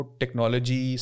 technology